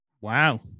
Wow